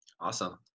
awesome